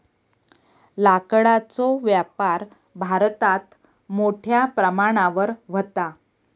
लाकडाचो व्यापार भारतात मोठ्या प्रमाणावर व्हता